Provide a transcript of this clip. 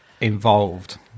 involved